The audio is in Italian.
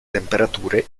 temperature